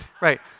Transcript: Right